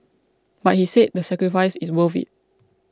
but he said the sacrifice is worth it